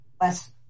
less